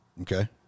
okay